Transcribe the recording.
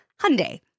Hyundai